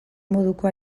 moduko